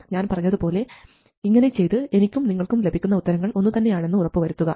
ഞാൻ പറഞ്ഞതുപോലെ ഇങ്ങനെ ചെയ്ത് എനിക്കും നിങ്ങൾക്കും ലഭിക്കുന്ന ഉത്തരങ്ങൾ ഒന്നുതന്നെയാണെന്ന് ഉറപ്പുവരുത്തുക